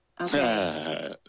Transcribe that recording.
okay